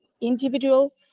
individual